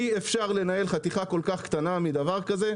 אי אפשר לנהל חתיכה כל כך קטנה מדבר כזה,